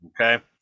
okay